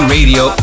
Radio